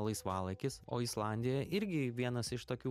laisvalaikis o islandija irgi vienas iš tokių